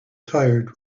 tired